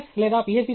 MS లేదా Ph